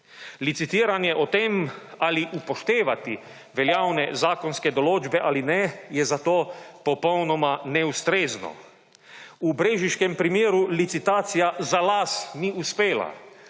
Licitiranje o tem ali upoštevati veljavne zakonske določbe ali ne, je za to popolnoma neustrezno. V brežiškem primeru licitacija za las ni uspela.